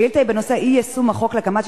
השאילתא היא בנושא אי-יישום החוק להקמת